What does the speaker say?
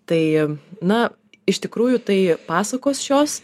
tai na iš tikrųjų tai pasakos šios